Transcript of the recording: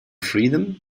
freedom